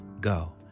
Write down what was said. go